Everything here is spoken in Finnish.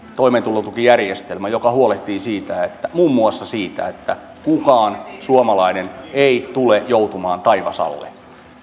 toimeentulotukijärjestelmä joka huolehtii muun muassa siitä että kukaan suomalainen ei tule joutumaan taivasalle